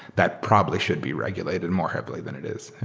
that probably should be regulated more heavily than it is.